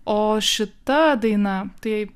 o šita daina tai